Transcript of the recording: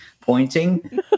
pointing